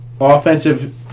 offensive